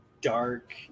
dark